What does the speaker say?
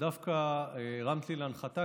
ודווקא הרמת לי להנחתה,